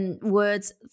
Words